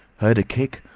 heard a kick,